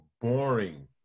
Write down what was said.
boring